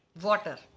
water